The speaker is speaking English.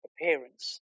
appearance